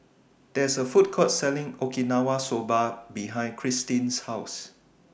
There IS A Food Court Selling Okinawa Soba behind Kristyn's House